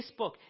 Facebook